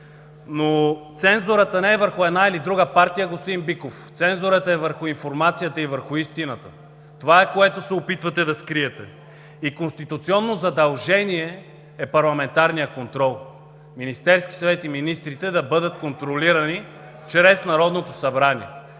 Цензурата не е върху една или друга партия, господин Биков. Цензурата е върху информацията и върху истината. Това е, което се опитвате да скриете. Конституционно задължение е парламентарният контрол – Министерският съвет и министрите да бъдат контролирани чрез Народното събрание.